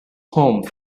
home